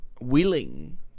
willing